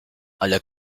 ale